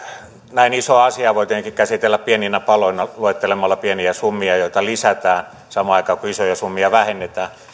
näin isoa asiaa voi tietenkin käsitellä pieninä paloina luettelemalla pieniä summia joita lisätään samaan aikaan kun isoja summia vähennetään